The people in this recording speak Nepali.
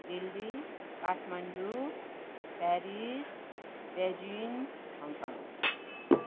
Delhi Kathmandu Paris Beijing Hong Kong